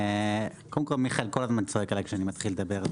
כל מיכאל תמיד צועק עליי כשאני מתחיל לדבר,